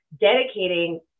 dedicating